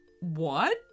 What